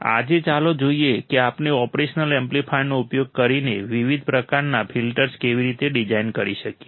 આજે ચાલો જોઈએ કે આપણે ઓપરેશનલ એમ્પ્લીફાયરનો ઉપયોગ કરીને વિવિધ પ્રકારના ફિલ્ટર્સ કેવી રીતે ડિઝાઇન કરી શકીએ